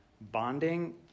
Bonding